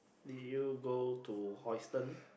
did you go to Houston